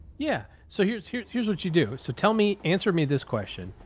yeah, so here's, here's, here's what you do. so tell me, answer me this question.